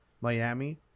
Miami